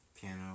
piano